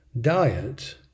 diet